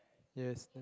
yes